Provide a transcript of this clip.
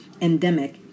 endemic